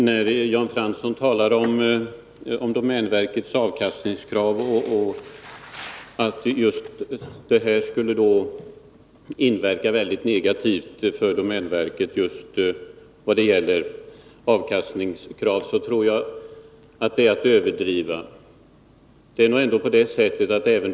Herr talman! När Jan Fransson säger att detta skulle inverka negativt på domänverkets möjligheter att uppfylla de avkastningskrav som har ställts på verket tror jag att han överdriver.